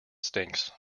stinks